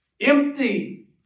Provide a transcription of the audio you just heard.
Empty